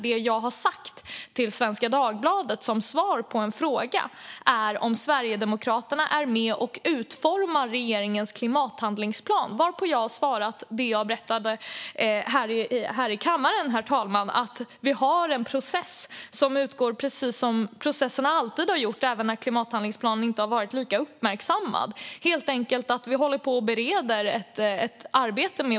Det jag sa till Svenska Dagbladet var som svar på en fråga om Sverigedemokraterna är med och utformar regeringens klimathandlingsplan. Då svarade jag det jag sa här i kammaren, nämligen att vi har en process som går till precis på samma sätt som tidigare processer då klimathandlingsplanen inte har varit lika uppmärksammad. Vi håller på och bereder ett arbete.